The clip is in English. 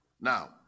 Now